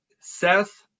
Seth